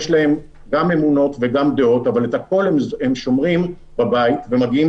יש להם גם אמונות וגם דעות אבל את הכל הם שומרים בבית ומגיעים